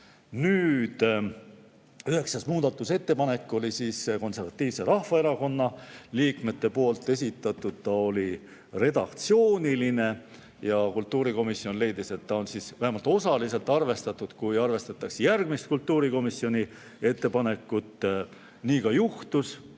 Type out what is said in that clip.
Nüüd, üheksas muudatusettepanek oli Konservatiivse Rahvaerakonna fraktsiooni liikmete esitatud. See oli redaktsiooniline ja kultuurikomisjon leidis, et ta on vähemalt osaliselt arvestatud, kui arvestatakse järgmist kultuurikomisjoni ettepanekut. Nii ka juhtus,